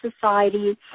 society